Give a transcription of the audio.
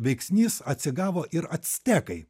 veiksnys atsigavo ir actekai